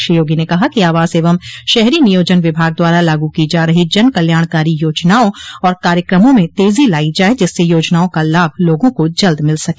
श्री योगी ने कहा कि आवास एवं शहरी नियोजन विभाग द्वारा लागू की जा रही जनकल्याणकारी योजनाओं और कार्यक्रमों में तेजी लाई जाये जिसस योजनाओं का लाभ लोगों को जल्द मिल सके